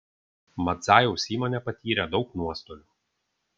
madzajaus įmonė patyrė daug nuostolių